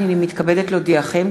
הנני מתכבדת להודיעכם,